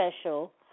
special